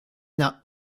n’a